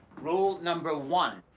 rule number one,